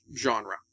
genre